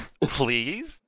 Please